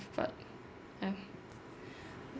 but ya